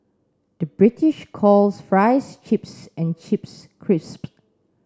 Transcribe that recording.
the British calls fries chips and chips crisp